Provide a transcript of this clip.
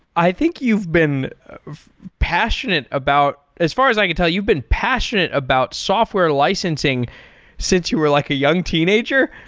i think you've been passionate about as far as i can tell, you've been passionate about software licensing since you were like a young teenager.